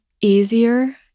easier